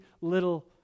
little